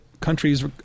countries